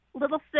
little